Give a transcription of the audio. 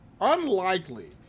unlikely